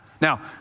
Now